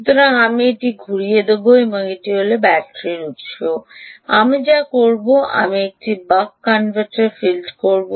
সুতরাং আমি এটি ঘুরিয়ে দেব এটি হল ব্যাটারি উত্স আমি যা করব আমি এটি একটি বক কনভার্টারে ফিড করব